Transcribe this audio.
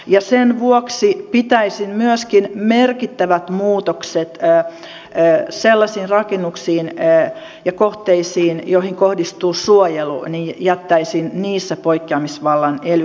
ja sen vuoksi myöskin merkittävissä muutoksissa sellaisiin rakennuksiin ja kohteisiin joihin kohdistuu suojelua jättäisin poikkeamisvallan ely keskukselle